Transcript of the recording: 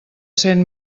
cent